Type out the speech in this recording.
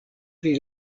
pri